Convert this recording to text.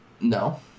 no